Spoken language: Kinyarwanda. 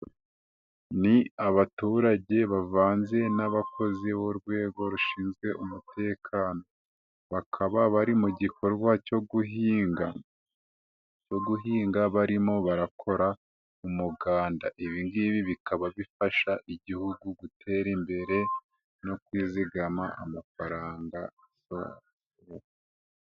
Ni abaturage bavanze n'abakozi b'urwego rushinzwe umutekano, bakaba bari mu gikorwa cyo guhinga barimo barakora umuganda, ibi bikaba bifasha Igihugu gutera imbere no kwizigama amafaranga.